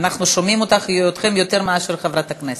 אנחנו שומעים אתכם יותר מאשר את חברת הכנסת.